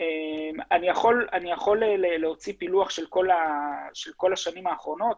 אני יכול להוציא פילוח של כל השנים האחרונות,